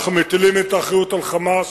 אנחנו מטילים את האחריות על "חמאס",